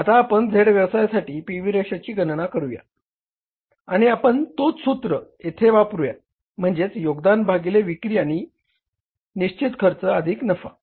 आता आपण Z या व्यवसायासाठी पी व्ही रेशोची गणना करूया आणि आपण तोच सूत्र येथे वापरूया म्हणजेच योगदान भागिले विक्री किंवा निश्चित खर्च अधिक नफा